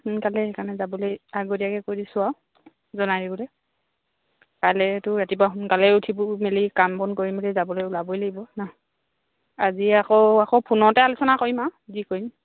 সোনকালে সেইকাৰণে যাবলৈ আগতীয়াকৈ কৰি দিছোঁ আৰু জনাই দিবলৈ কাইলৈতো ৰাতিপুৱা সোনকালে উঠিব মেলি কাম বন কৰি মেলি যাবলৈ ওলাবই লাগিব ন আজি আকৌ আকৌ ফোনতে আলোচনা কৰিম আৰু যি কৰিম